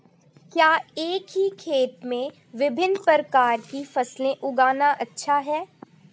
क्या एक ही खेत में विभिन्न प्रकार की फसलें उगाना अच्छा है?